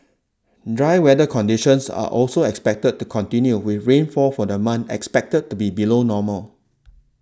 dry weather conditions are also expected to continue with rainfall for the month expected to be below normal